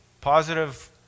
positive